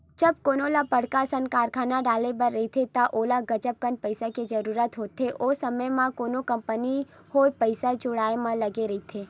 जब कोनो ल बड़का असन कारखाना डाले बर रहिथे त ओला गजब कन पइसा के जरूरत होथे, ओ समे म कोनो कंपनी होय पइसा जुटाय म लगे रहिथे